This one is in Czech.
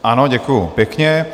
Ano, děkuji pěkně.